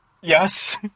Yes